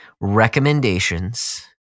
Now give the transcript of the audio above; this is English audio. recommendations